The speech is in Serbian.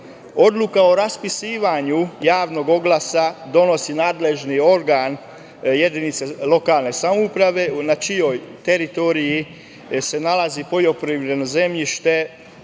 Odluku o raspisivanju javnog oglasa donosi nadležni organ jedinice lokalne samouprave na čijoj teritoriji se nalazi poljoprivredno zemljište